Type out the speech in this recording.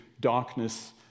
darkness